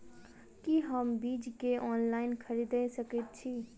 की हम बीज केँ ऑनलाइन खरीदै सकैत छी?